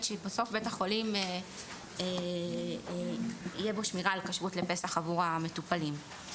שבסוף בבית החולים תהיה שמירה על כשרות לפסח עבור המטופלים.